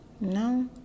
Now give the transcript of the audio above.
No